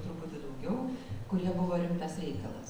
truputį daugiau kurie buvo rimtas reikalas